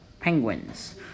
penguins